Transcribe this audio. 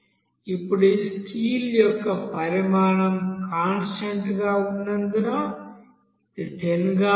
ఇప్పుడు ఈ స్టీల్ యొక్క పరిమాణం కాన్స్టాంట్ గా ఉన్నందున ఇది 10 గా ఉంది